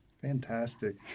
Fantastic